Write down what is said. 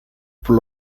por